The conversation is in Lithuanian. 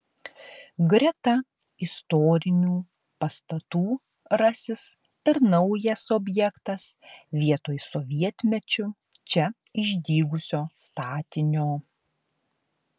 greta istorinių pastatų rasis ir naujas objektas vietoj sovietmečiu čia išdygusio statinio